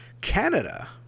Canada